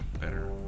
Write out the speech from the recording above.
Better